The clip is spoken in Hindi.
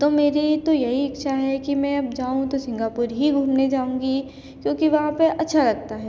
तो मेरी तो यही इच्छा है कि मैं अब जाऊँ तो सिंगापुर ही घूमने जाऊँगी क्योंकि वहाँ पर अच्छा लगता है